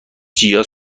جیا